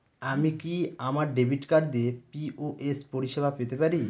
আমি কি আমার ডেবিট কার্ড দিয়ে পি.ও.এস পরিষেবা পেতে পারি?